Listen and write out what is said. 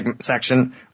section